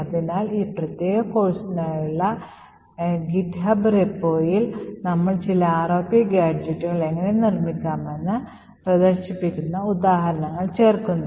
അതിനാൽ ഈ പ്രത്യേക കോഴ്സിനായുള്ള github repoയിൽ നമ്മൾ ചില ROP ഗാഡ്ജെറ്റുകൾ എങ്ങനെ നിർമ്മിക്കാമെന്ന് പ്രദർശിപ്പിക്കുന്ന ഉദാഹരണങ്ങൾ ചേർക്കുന്നു